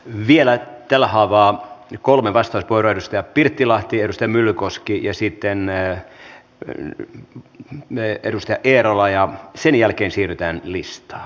vielä tällä haavaa kolme vastauspuheenvuoroa edustaja pirttilahti edustaja myllykoski ja sitten edustaja eerola ja sen jälkeen siirrytään listaan